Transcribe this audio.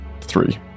three